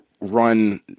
run